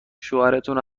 شوهرتون